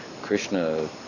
Krishna